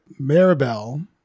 Maribel